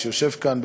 שיושב כאן,